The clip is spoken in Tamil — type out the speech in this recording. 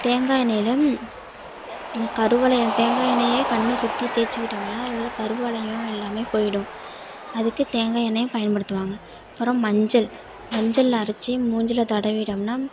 தேங்காய் எண்ணெய்ல கருவளையம் தேங்காய் எண்ணெயை கண்ணை சுற்றி தேய்ச்சிக்கிட்டோம்னா அதில் உள்ள கருவளையம் எல்லாமே போய்விடும் அதுக்கு தேங்காய் எண்ணெயை பயன்படுத்துவாங்கள் அப்புறம் மஞ்சள் மஞ்சள் அரைச்சி மூஞ்சியில தடவிட்டோம்னால்